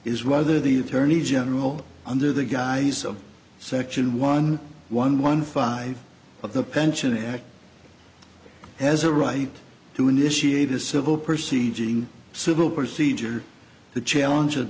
is whether the attorney general under the guise of section one one one five of the pension act has a right to initiate a civil proceeding civil procedure the challenge